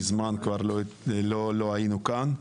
מזמן כבר לא היינו כאן.